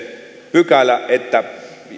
pykälä että